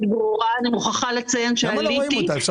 אפשר